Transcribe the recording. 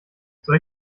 soll